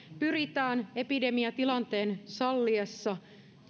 pyritään epidemiatilanteen salliessa